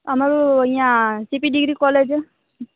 અમારું અહિયાં T P degree કોલેજે